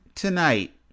Tonight